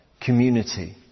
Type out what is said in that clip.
community